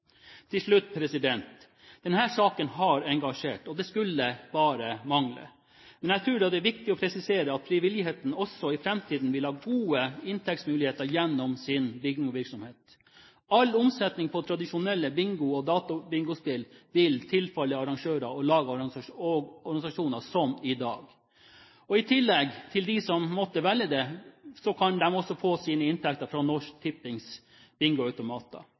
Til slutt: Denne saken har engasjert, og det skulle bare mangle. Men jeg tror det er viktig å presisere at frivilligheten også i framtiden vil ha gode inntektsmuligheter gjennom sin bingovirksomhet. All omsetning på tradisjonell bingo og databingospill vil tilfalle arrangører og lag/organisasjoner som i dag. I tillegg vil de som velger det, også få sine inntekter fra Norsk Tippings